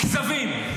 -- כזבים.